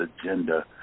agenda